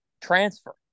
transfer